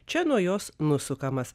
čia nuo jos nusukamas